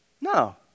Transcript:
No